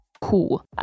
Cool